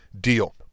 deal